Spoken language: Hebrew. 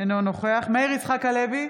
אינו נוכח מאיר יצחק הלוי,